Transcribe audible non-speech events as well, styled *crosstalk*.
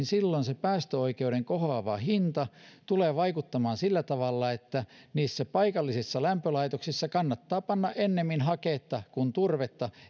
*unintelligible* silloin päästöoikeuden kohoava hinta tulee vaikuttamaan sillä tavalla että paikallisissa lämpölaitoksissa kannattaa panna ennemmin haketta kuin turvetta